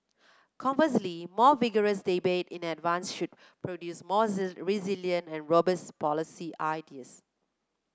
conversely more vigorous debate in advance should produce more resilient and robust policy ideas